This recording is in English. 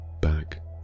back